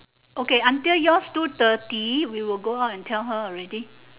okay until yours two thirty we will go out and tell her already